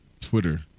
Twitter